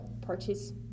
purchase